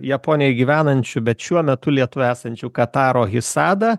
japonijoj gyvenančiu bet šiuo metu lietuvoj esančiu kataro hisada